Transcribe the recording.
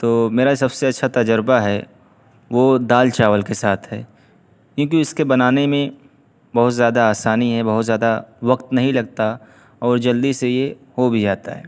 تو میرا سب سے اچھا تجربہ ہے وہ دال چاول کے ساتھ ہے کیونکہ اس کے بنانے میں بہت زیادہ آسانی ہے بہت زیادہ وقت نہیں لگتا اور جلدی سے یہ ہو بھی جاتا ہے